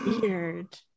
Weird